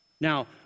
Now